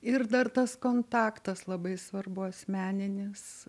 ir dar tas kontaktas labai svarbu asmeninis